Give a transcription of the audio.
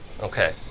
Okay